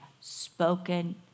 spoken